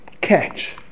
catch